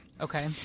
Okay